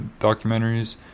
documentaries